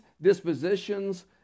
dispositions